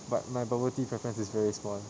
but my bubble tea preference is very small